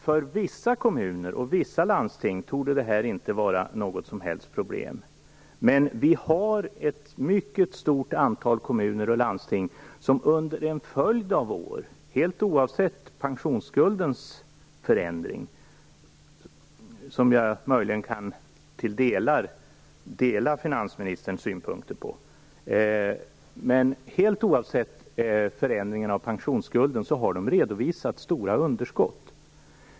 För vissa kommuner och vissa landsting torde detta inte vara något som helst problem, men det finns ett mycket stort antal kommuner och landsting som under en följd av år, helt oavsett förändringen av pensionsskulden - som jag möjligen i vissa delar kan dela finansministerns synpunkter på - har redovisat stora underskott.